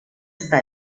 está